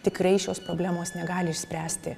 tikrai šios problemos negali išspręsti